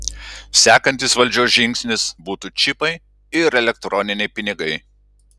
sekantis valdžios žingsnis būtų čipai ir elektroniniai pinigai